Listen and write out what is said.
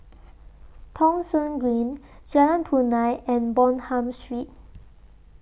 Thong Soon Green Jalan Punai and Bonham Street